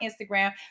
Instagram